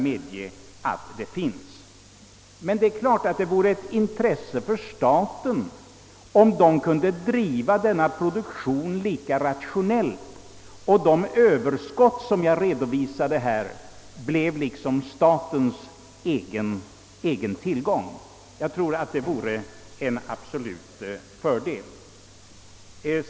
Men det är klart att det vore av intresse för staten, om den kunde driva denna tillverkning lika rationellt och om de överskott jag här talat om kom staten till godo. Enligt min mening skulle detta vara en klar fördel.